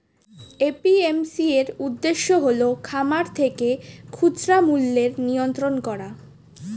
APMC এর উদ্দেশ্য হল খামার থেকে খুচরা মূল্যের নিয়ন্ত্রণ করা